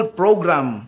program